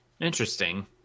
Interesting